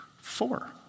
four